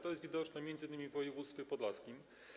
To jest widoczne m.in. w województwie podlaskim.